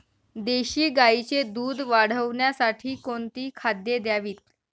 देशी गाईचे दूध वाढवण्यासाठी कोणती खाद्ये द्यावीत?